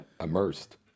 Immersed